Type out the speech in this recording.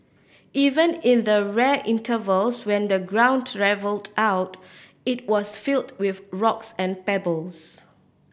even in the rare intervals when the ground levelled out it was filled with rocks and pebbles